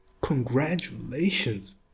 Congratulations